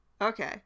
Okay